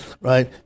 right